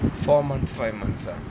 four month five months ah